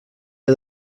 era